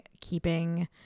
keeping